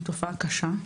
היא תופעה קשה.